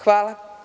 Hvala.